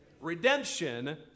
Redemption